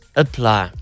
apply